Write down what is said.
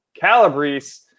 Calabrese